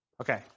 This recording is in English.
Okay